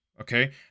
Okay